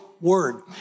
word